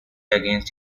against